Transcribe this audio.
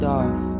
off